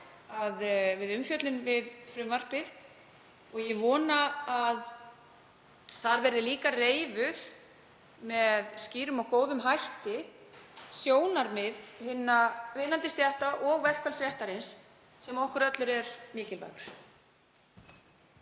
og umfjöllun um frumvarpið. Ég vona að þar verði líka reifuð með skýrum og góðum hætti sjónarmið hinna vinnandi stétta og verkfallsréttarins, sem er okkur öllum mikilvægur.